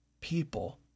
people